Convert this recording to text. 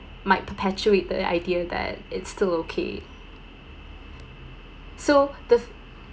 might perpetuate the ideal that it's still okay so the f~